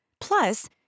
Plus